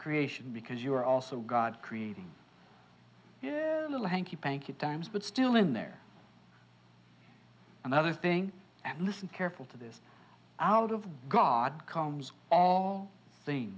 creation because you are also god creating yeah a little hanky panky times but still in there another thing and listen careful to this out of god comes all